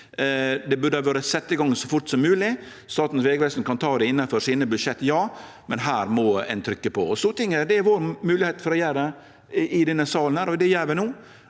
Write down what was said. Det burde ha vore sett i gang så fort som mogleg. Ja, Statens vegvesen kan ta det innanfor budsjetta sine, men her må ein trykkje på. Stortinget er vår moglegheit til å gjere det i denne salen, og det gjer vi no,